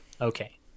Okay